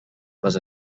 les